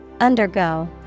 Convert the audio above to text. Undergo